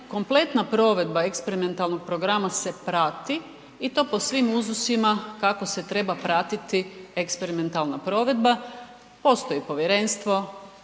kompletna provedba eksperimentalnog programa se prati i to po svim uzusima kako se treba pratiti eksperimentalna provedba postoji povjerenstvo,